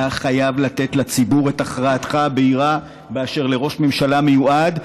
אתה חייב לתת לציבור את הכרעתך הבהירה באשר לראש ממשלה מיועד,